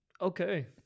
Okay